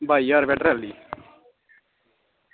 बाई ज्हार रपेआ ट्राली